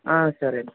సరేండి